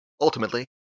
Ultimately